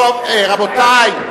רבותי,